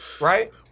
Right